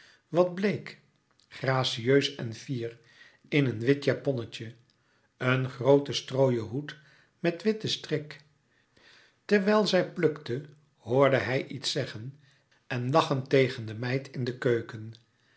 wat bleek gracieus louis couperus metamorfoze en fier in een wit japonnetje een grooten strooien hoed met witten strik terwijl zij plukte hoorde hij iets zeggen en lachen tegen de meid in de keuken